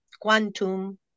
quantum